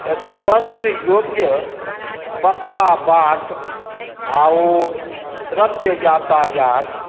स्पर्श योग्य पक्का बाट आओर श्रव्य यातायात